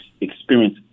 experience